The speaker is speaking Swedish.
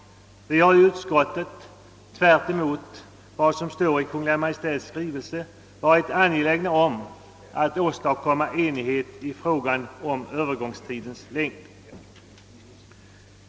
Vi har i utskottet — tvärtemot vad som står i Kungl. Maj:ts skrivelse — varit angelägna om att åstadkomma enighet i fråga om övergångstidens längd.